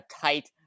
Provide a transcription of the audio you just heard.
tight